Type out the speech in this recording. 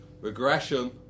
regression